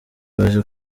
baje